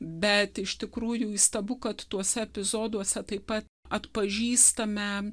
bet iš tikrųjų įstabu kad tuose epizoduose taip pat atpažįstame